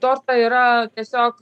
tortą yra tiesiog